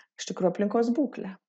iš tikro aplinkos būklę